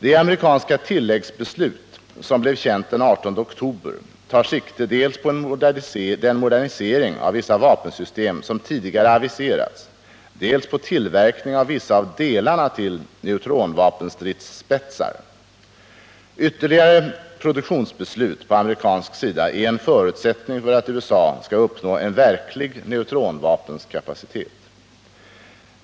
Det amerikanska tilläggsbeslutet, som blev känt den 18 oktober, tar sikte dels på den modernisering av vissa vapensystem som tidigare aviserats, dels på tillverkning av vissa av delarna till neutronvapenstridsspetsar. Ytterligare produktionsbeslut på amerikansk sida är en förutsättning för att USA skall uppnå en verklig neutronvapenkapacitet.